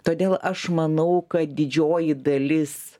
todėl aš manau kad didžioji dalis